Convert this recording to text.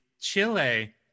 Chile